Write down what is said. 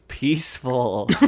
Peaceful